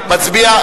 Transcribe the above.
מצביע.